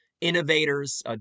Innovators